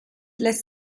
lässt